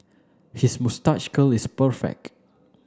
his moustache curl is perfect